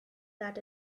that